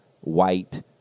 white